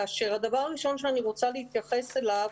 כאשר הדבר הראשון שאני רוצה להתייחס אליו